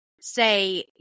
say